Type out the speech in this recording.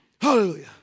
Hallelujah